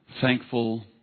thankful